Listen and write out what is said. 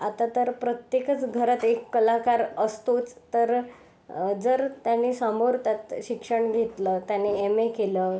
आता तर प्रत्येकच घरात एक कलाकार असतोच तर जर त्याने समोर त्यात शिक्षण घेतलं त्याने एम ए केलं